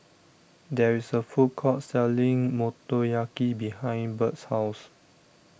there is a food court selling Motoyaki behind Bert's house